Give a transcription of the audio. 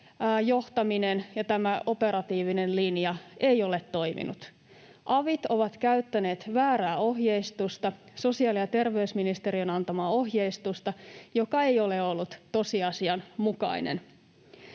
johtaminen ja tämä operatiivinen linja ei ole toiminut. Avit ovat käyttäneet väärää ohjeistusta, sosiaali- ja terveysministeriön antamaa ohjeistusta, joka ei ole ollut tosiasian mukainen.